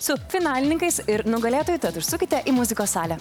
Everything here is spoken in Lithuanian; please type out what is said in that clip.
su finalininkais ir nugalėtoju tad užsukite į muzikos salę